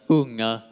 unga